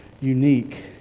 unique